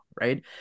right